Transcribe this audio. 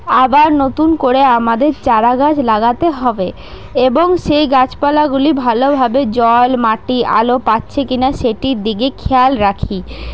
আবার নতুন করে আমাদের চারাগাছ লাগাতে হবে এবং সেই গাছপালাগুলি ভালোভাবে জল মাটি আলো পাচ্ছে কিনা সেটির দিকে খেয়াল রাখি